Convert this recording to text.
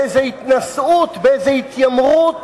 באיזו התנשאות, באיזו התיימרות,